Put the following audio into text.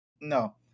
No